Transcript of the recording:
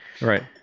right